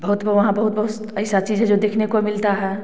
बहुत वो वहाँ बहुत बहुत ऐसा चीज है जो देखने को मिलता हैं